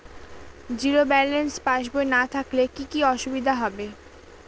Zero balance পাসবই না থাকলে কি কী অসুবিধা হবে?